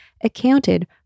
accounted